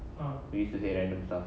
we used to say random stuff